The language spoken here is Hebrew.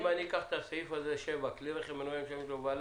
אני אקח את סעיף (7): "כלי רכב מנועי המשמש להובלה